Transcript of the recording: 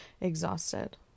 exhausted